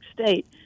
State